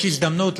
יש הזדמנות,